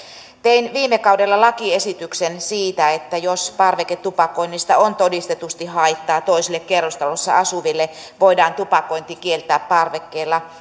tein viime kaudella lakiesityksen siitä että jos parveketupakoinnista on todistetusti haittaa toisille kerrostalossa asuville voidaan tupakointi kieltää parvekkeella